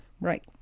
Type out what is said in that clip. right